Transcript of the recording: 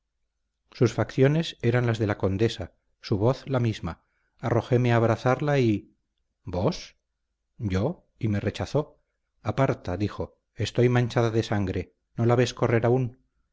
sus facciones eran las de la condesa su voz la misma arrojéme a abrazarla y vos yo y me rechazó aparta dijo estoy manchada de sangre no la ves correr aún